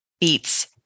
beats